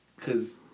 Cause